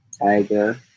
Tiger